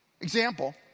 Example